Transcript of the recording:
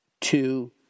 Two